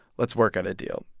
let's work out a deal.